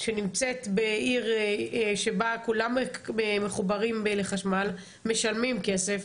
שנמצאת בעיר שבה כולם מחוברים לחשמל, משלמים כסף,